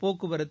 போக்குவரத்து